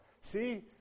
See